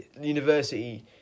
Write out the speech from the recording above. University